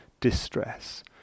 distress